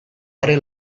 are